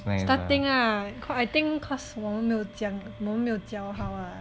starting ah cause I think cause 我们没有讲我们没有搅好 ah